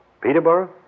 Peterborough